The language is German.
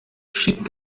schiebt